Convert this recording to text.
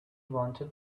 wanted